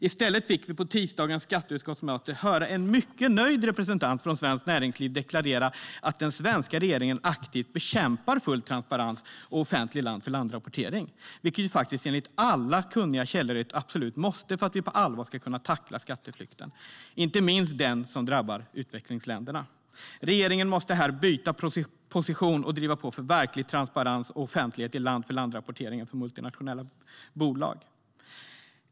I stället fick vi på tisdagens skatteutskottsmöte höra en mycket nöjd representant från svenskt näringsliv deklarera att den svenska regeringen aktivt bekämpar full transparens och offentlig land-för-land-rapportering, vilket faktiskt enligt alla kunniga källor är ett absolut måste för att vi på allvar ska kunna tackla skatteflykten - inte minst den som drabbar utvecklingsländerna. Regeringen måste här byta position och driva på för verklig transparens och offentlighet i land-för-land-rapporteringen för multinationella bolag.